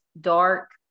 dark